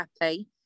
happy